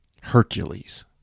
Hercules